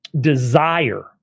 desire